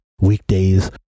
weekdays